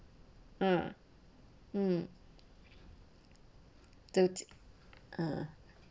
um mm the uh